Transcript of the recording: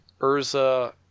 Urza